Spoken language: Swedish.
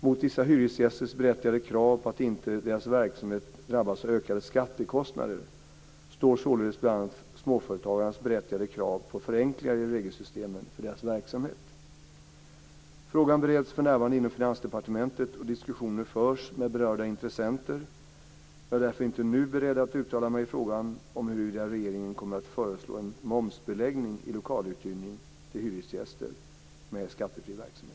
Mot vissa hyresgästers berättigade krav på att deras verksamhet inte drabbas av ökade skattekostnader står således bl.a. småföretagarnas berättigade krav på förenklingar i regelsystemen för deras verksamhet. Frågan bereds för närvarande inom Finansdepartementet, och diskussioner förs med berörda intressenter. Jag är därför inte nu beredd att uttala mig i frågan om huruvida regeringen kommer att föreslå en momsbeläggning av lokaluthyrning till hyresgäster med skattefri verksamhet.